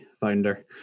founder